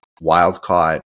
wild-caught